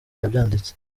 yabyanditse